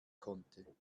konnte